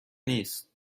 نیست